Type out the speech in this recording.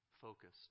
focused